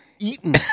Eaten